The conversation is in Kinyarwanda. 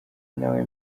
nawe